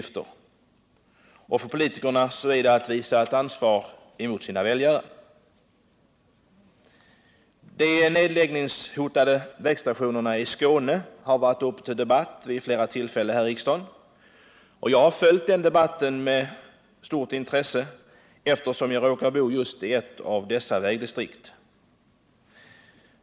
För politikerna är det att visa ansvar mot sina väljare. De nedläggningshotade vägstationerna i Skåne har vid flera tillfällen varit uppe till debatt här i riksdagen. Jag har med stort intresse följt denna debatt, eftersom jag råkar bo i ett av dessa vägdistrikt.